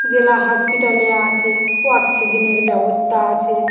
জেলা হসপিটালে আছে অক্সিজেনের ব্যবস্থা আছে